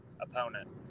opponent